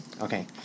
Okay